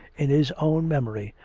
in his own memory,